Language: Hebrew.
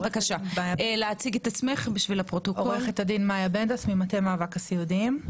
אני עורכת הדין מאיה בנדס ממטה מאבק הסיעודיים.